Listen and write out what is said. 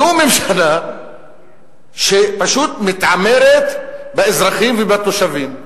זו ממשלה שפשוט מתעמרת באזרחים ובתושבים.